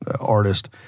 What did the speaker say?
artist